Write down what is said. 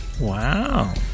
Wow